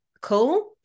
cool